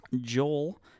Joel